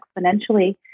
exponentially